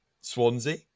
Swansea